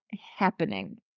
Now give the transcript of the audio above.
happening